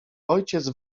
ojciec